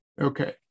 Okay